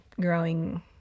growing